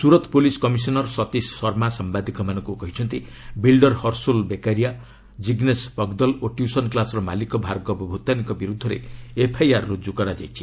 Surat police commissioner Satish Sharma ସାୟାଦିକମାନଙ୍କୁ କହିଛନ୍ତି builder Harshul Vekariya Jignesh Pagdal ଓ ଟ୍ୟୁସନ୍ କ୍ଲୁସ୍ର ମାଲିକ ଭାର୍ଗବ ଭୁତାନିଙ୍କ ବିରୁଦ୍ଧରେ ଏଫ୍ଆଇଆର୍ ରୁଜୁ କରାଯାଇଛି